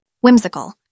Whimsical